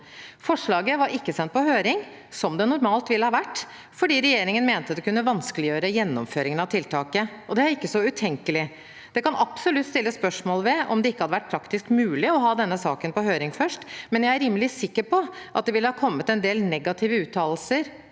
Forslaget var ikke sendt på høring, som det normalt ville vært, for regjeringen mente det kunne vanskeliggjøre gjennomføringen av tiltaket. Det er ikke så utenkelig. Det kan absolutt stilles spørsmål ved om det ikke hadde vært praktisk mulig å ha denne saken på høring først, men jeg er rimelig sikker på at det ville ha kommet en del negative uttalelser